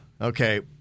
Okay